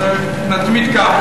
אז נתמיד כך.